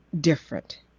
different